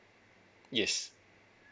yes